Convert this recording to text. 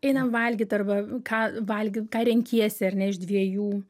einam valgyt arba ką valgyt ką renkiesi ar ne iš dviejų